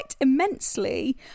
immensely